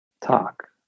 talk